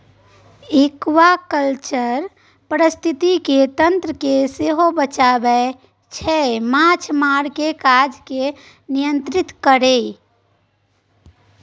aquaculture पारिस्थितिकी तंत्र केँ सेहो बचाबै छै माछ मारबाक काज केँ नियंत्रित कए